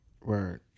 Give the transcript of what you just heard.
Right